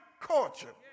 culture